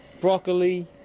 Broccoli